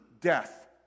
death